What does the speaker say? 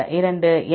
2 L